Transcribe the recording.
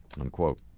unquote